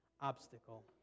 obstacle